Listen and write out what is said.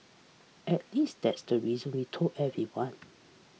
at least that's the reason we told everyone